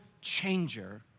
changer